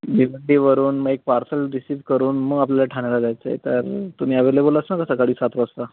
भिवंडीवरून मग एक parcel receive करून मग आपल्याला ठाण्याला जायचं आहे तर तुम्ही ॲवलेबल असाल ना सकाळी सात वाजता